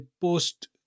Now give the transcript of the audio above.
post